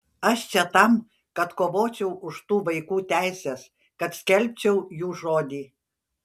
aš čia tam kad kovočiau už tų vaikų teises kad skelbčiau jų žodį